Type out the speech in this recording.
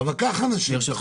ברשותכם --- אבל קח אנשים,